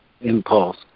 impulse